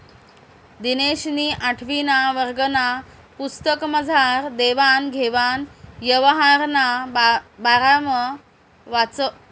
दिनेशनी आठवीना वर्गना पुस्तकमझार देवान घेवान यवहारना बारामा वाचं